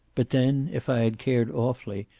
but then, if i had cared awfully,